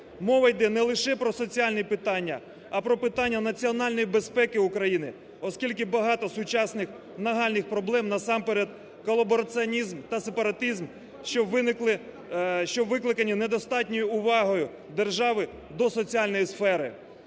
Мова йде не лише про соціальні питання, а про питання національної безпеки України, оскільки багато сучасних нагальних проблем, насамперед колабораціонізм та сепаратизм, що викликані недостатньою увагою держави до соціальної сфери.